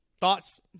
Thoughts